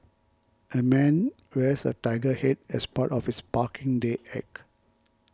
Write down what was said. a man wears a tiger head as part of his Parking Day act